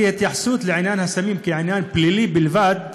כי ההתייחסות לעניין הסמים כעניין פלילי בלבד,